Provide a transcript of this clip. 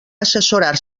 assessorar